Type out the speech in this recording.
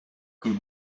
good